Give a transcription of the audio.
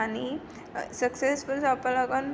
आनी सक्सॅसफूल जावपा लागोन